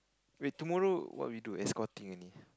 wait tomorrow what we do escorting only